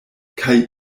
kaj